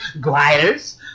gliders